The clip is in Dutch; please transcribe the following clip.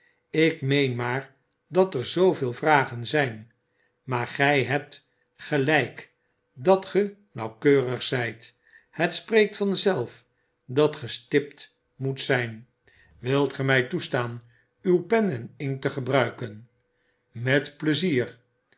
ik meen maar dat er zooveel vragen zgn maar gg hebt gelijk dat ge nauwkeurig zgt het spreekt vanzelf dat ge stipt moet zgn wilt ge mg toestaan uw pen eninkttegebruiken met pleizier